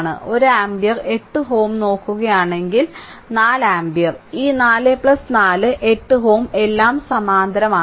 1 ampere 8Ω നോക്കുകയാണെങ്കിൽ 4 ampere ഈ 4 4 8Ω എല്ലാം സമാന്തരമാണ്